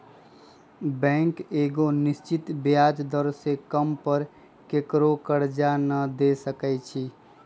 bank एगो निश्चित ब्याज दर से कम पर केकरो करजा न दे सकै छइ